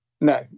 No